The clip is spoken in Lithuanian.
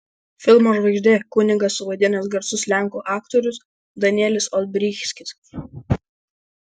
filmo žvaigždė kunigą suvaidinęs garsus lenkų aktorius danielis olbrychskis